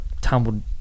tumbled